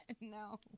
No